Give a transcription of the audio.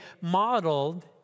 modeled